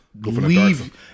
leave